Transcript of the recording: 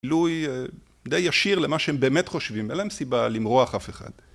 די ישיר למה שהם באמת חושבים, אין להם סיבה למרוח אף אחד.